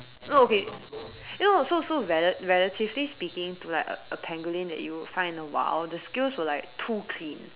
no okay you know so so rela~ relatively speaking to like a a pangolin you find in the wild the scales were like too clean